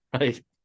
Right